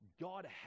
God